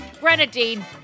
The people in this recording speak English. grenadine